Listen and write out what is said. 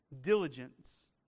Diligence